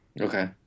Okay